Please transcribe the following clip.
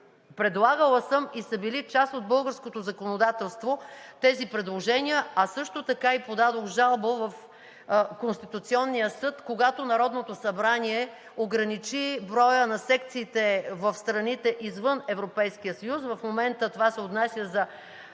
Предлагала съм и са били част от българското законодателство тези предложения, а също така и подадох жалба в Конституционния съд, когато Народното събрание ограничи броя на секциите в страните извън Европейския съюз – в момента това се отнася за